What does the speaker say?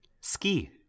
ski